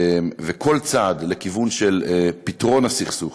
וכל צעד לכיוון של פתרון הסכסוך,